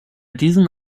diesen